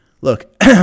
look